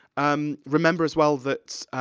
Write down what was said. um remember, as well, that,